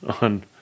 on